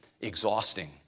exhausting